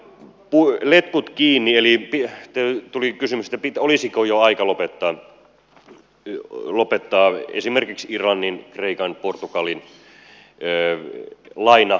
tästä letkut kiinni asiasta tuli kysymys olisiko jo aika lopettaa esimerkiksi irlannin kreikan portugalin lainaohjelmat